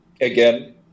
again